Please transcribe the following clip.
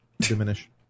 diminish